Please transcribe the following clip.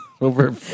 over